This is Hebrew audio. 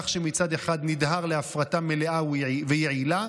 כך שמצד אחד נדהר להפרטה מלאה ויעילה,